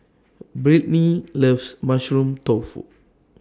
Brittny loves Mushroom Tofu